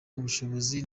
ubushobozi